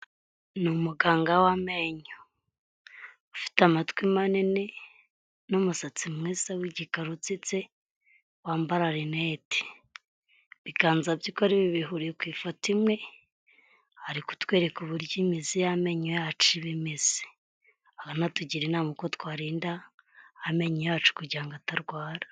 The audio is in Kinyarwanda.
Ni umuganga w'amenyo ufite amatwi manini n'umusatsi mwiza w'igikara ushitse wambara lunette, biganza bye uko ari bibiri bihuriye ku ifoto imwe, ari kutwereka uburyo imizi y'amenyo yacu iba imeze abanatugira inama uko twarinda amenyo yacu kugira atarwara.